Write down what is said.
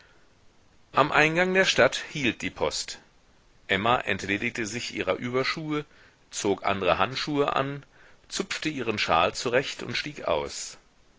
am eingang der stadt hielt die post emma entledigte sich ihrer überschuhe zog andre handschuhe an zupfte ihren schal zurecht und stieg aus